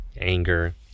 anger